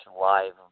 live